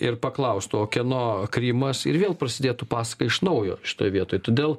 ir paklaust o kieno krymas ir vėl prasidėtų pasaka iš naujo šitoj vietoj todėl